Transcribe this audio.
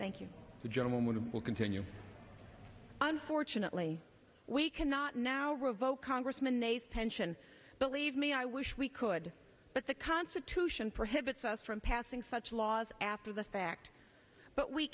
thank you gentlemen will continue unfortunately we cannot now revoke congressman a pension believe me i wish we could but the constitution prohibits us from passing such laws after the fact but we